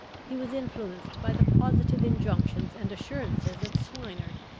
he was influenced by the positive injunctions and assurances of swineard,